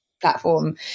platform